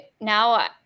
now